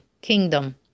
kingdom